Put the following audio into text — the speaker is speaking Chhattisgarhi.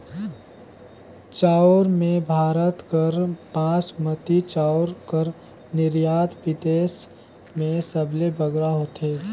चाँउर में भारत कर बासमती चाउर कर निरयात बिदेस में सबले बगरा होथे